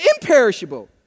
imperishable